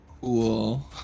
Cool